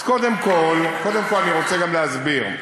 אדוני, כבוד השר, אז קודם כול אני רוצה גם להסביר.